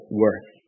worth